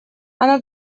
она